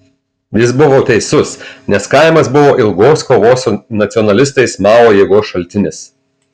jis buvo teisus nes kaimas buvo ilgos kovos su nacionalistais mao jėgos šaltinis